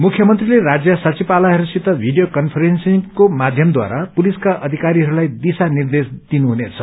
मुख्यमन्त्रीले राज्य सचिवालयहस्सित भीडियो कन्फेन्सिंगको माध्यमद्वारा पुलिसका अधिकारीहस्लाई दिशा निर्देश दिनुहुनेछ